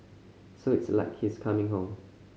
so it's like he's coming home